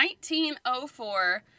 1904